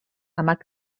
amb